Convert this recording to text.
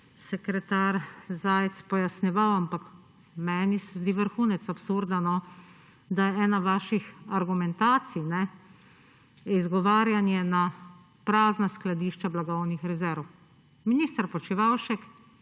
sekretar Zajc pojasnjeval, ampak meni se zdi vrhunec absurda, da je ena vaših argumentacij izgovarjanje na prazna skladišča blagovnih rezerv. Minister Počivalšek,